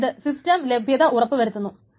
അതായത് സിസ്റ്റം ലഭ്യത ഉറപ്പു വരുത്തുന്നു